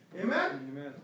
Amen